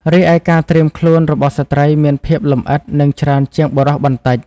រីឯការត្រៀមខ្លួនរបស់ស្ត្រីមានភាពលម្អិតនិងច្រើនជាងបុរសបន្តិច។